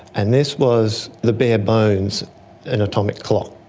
and this was the bare bones in atomic clock,